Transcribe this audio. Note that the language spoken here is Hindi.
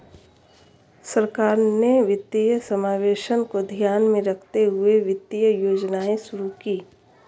सरकार ने वित्तीय समावेशन को ध्यान में रखते हुए वित्तीय योजनाएं शुरू कीं